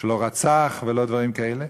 שלא רצח ולא דברים כאלה.